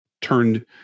turned